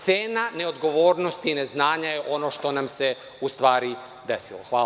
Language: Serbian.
Cena neodgovornosti i neznanja je ono što nam se u stvari desilo.